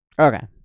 Okay